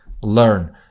learn